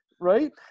right